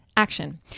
action